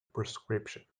prescription